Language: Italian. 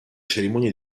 cerimonia